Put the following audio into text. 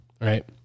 right